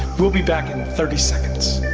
we'll be back in thirty seconds.